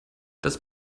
das